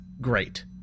great